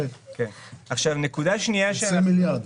20 מיליארד.